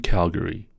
Calgary